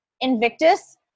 Invictus